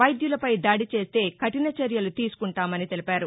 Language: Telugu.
వైద్యులపై దాడి చేస్తే కఠిన చర్యలు తీసుకుంటామని తెలిపారు